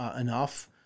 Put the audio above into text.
enough